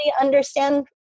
understand